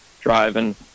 driving